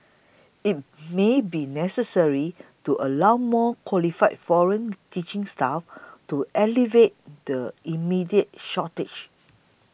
it may be necessary to allow more qualified foreign teaching staff to alleviate the immediate shortage